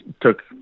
took